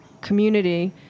community